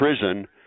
prison